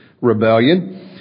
rebellion